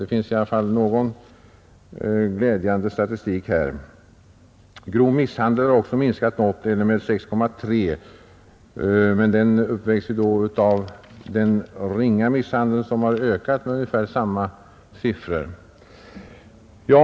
Det finns i alla fall någon glädjande statistik. Fallen av grov misshandel har också minskat med 80 eller 6,3 procent, men detta uppvägs av att den ringa misshandeln har ökat med ungefär samma siffror.